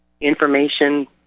information